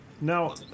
now